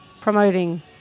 promoting